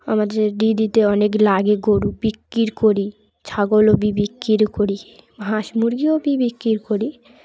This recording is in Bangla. আমাদের দিদিতে অনেক লাগে গরু বিক্রি করি ছাগলও বিক্রি করি হাঁস মুরগিও বি বিক্রি করি